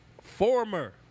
former